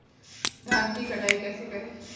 धान की कटाई कैसे करें?